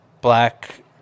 black